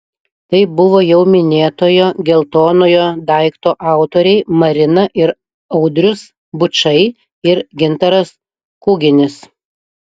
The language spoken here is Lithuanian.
tai buvo jau minėtojo geltonojo daikto autoriai marina ir audrius bučai ir gintaras kuginis